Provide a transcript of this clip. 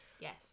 Yes